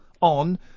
on